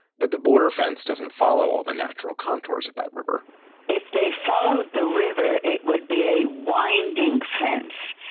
but the border fence doesn't follow all the natural contours of that river if they followed the river, it would be a winding fence,